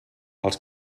els